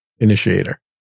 initiator